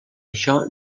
això